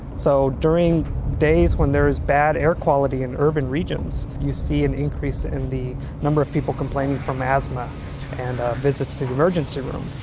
so during days when there is bad air quality in urban regions you see an increase in the number of people complaining from asthma and visits to the emergency room.